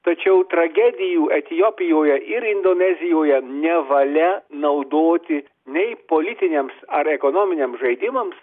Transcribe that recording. tačiau tragedijų etiopijoje ir indonezijoje nevalia naudoti nei politiniams ar ekonominiam žaidimams